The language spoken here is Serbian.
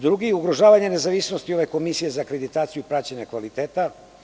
Drugi, ugrožavanje nezavisnosti Komisije za akreditaciju i praćenje kvaliteta.